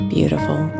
Beautiful